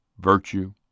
virtue